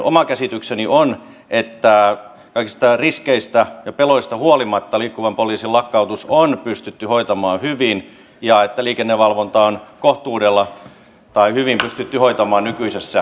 oma käsitykseni on että kaikista riskeistä ja peloista huolimatta liikkuvan poliisin lakkautus on pystytty hoitamaan hyvin ja että liikennevalvonta on kohtuudella tai hyvin pystytty hoitamaan nykyisessä järjestelmässä